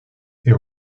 est